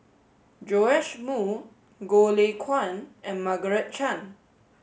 Joash Moo Goh Lay Kuan and Margaret Chan